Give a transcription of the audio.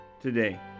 today